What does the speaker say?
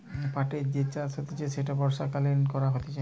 পাটের যে চাষ হতিছে সেটা বর্ষাকালীন করা হতিছে